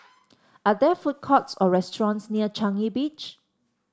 are there food courts or restaurants near Changi Beach